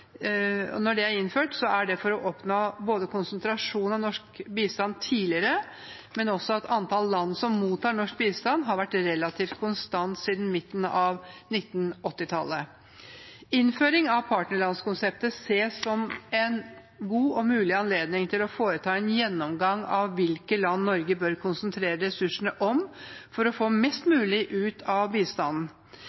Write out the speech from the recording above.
klassifikasjoner. Når det er innført, er det for å oppnå konsentrasjon av norsk bistand tidligere, men antall land som mottar norsk bistand, har vært relativt konstant siden midten av 1980-tallet. Innføringen av partnerlandskonseptet ses som en god og mulig anledning til å foreta en gjennomgang av hvilke land Norge bør konsentrere ressursene om for å få mest